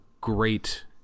great